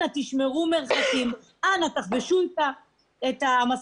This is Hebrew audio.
אנא תשמרו מרחקים, אנא תחבשו מסכות.